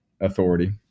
authority